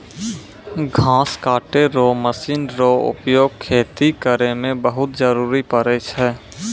घास कटै रो मशीन रो उपयोग खेती करै मे बहुत जरुरी पड़ै छै